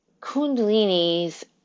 kundalini's